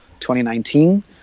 2019